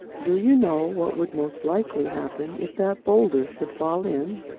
do you know what would most likely happen if that boulder should fall in?